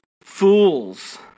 fools